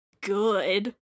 good